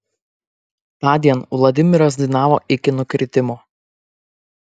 tądien vladimiras dainavo iki nukritimo